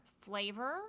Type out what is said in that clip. Flavor